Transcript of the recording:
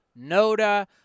Noda